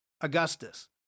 Augustus